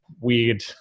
weird